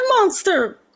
monster